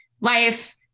life